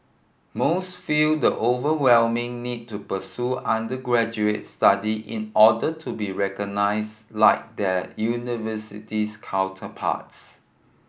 most feel the overwhelming need to pursue undergraduate study in order to be recognised like their university's counterparts